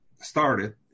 started